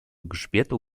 grzbietu